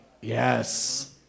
Yes